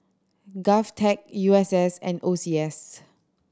GovTech U S S and O C S